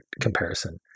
comparison